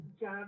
job